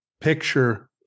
picture